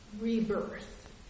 rebirth